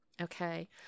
Okay